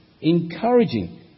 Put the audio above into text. encouraging